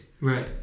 Right